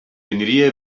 aniria